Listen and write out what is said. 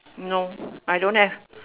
no I don't have